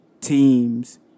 teams